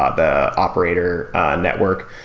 ah the operator network.